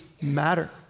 matter